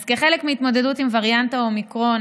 כחלק מהתמודדות עם וריאנט האומיקרון,